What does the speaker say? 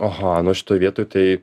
aha na šitoj vietoj tai